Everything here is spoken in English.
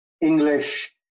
English